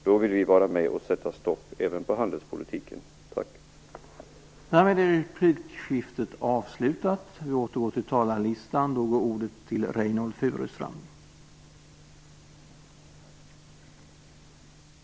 Då vill vi vara med och sätta stopp även på handelspolitikens område.